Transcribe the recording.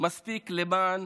מספיק למען